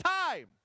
time